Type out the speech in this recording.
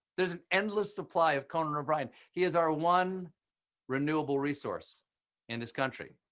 there is an endless supply of conan o'brien. he is our one renewable resource in this country.